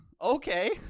okay